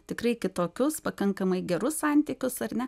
tikrai kitokius pakankamai gerus santykius ar ne